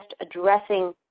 addressing